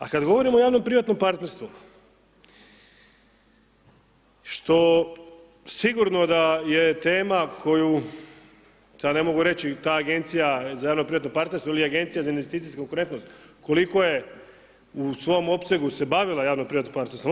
A kada govorimo o javnom privatnom partnerstvu, što sigurno da je tema koju, sad ne mogu reći, ta Agencija za javno privatno partnerstvo ili Agencija za investicije i konkurentnost, koliko je u svom opsegu se bavila javno privatnom partnerstvom.